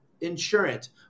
insurance